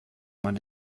man